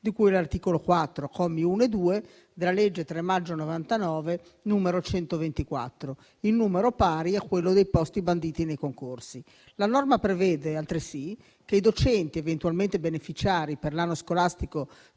di cui all'articolo 4, commi 1 e 2, della legge 3 maggio 99, n. 124, in numero pari a quello dei posti banditi nei concorsi. La norma prevede, altresì, che i docenti eventualmente beneficiari per l'anno scolastico